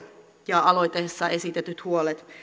ja aloitteessa esitetyt huolet